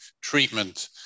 treatment